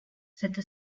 cette